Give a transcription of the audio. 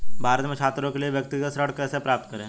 भारत में छात्रों के लिए व्यक्तिगत ऋण कैसे प्राप्त करें?